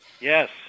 Yes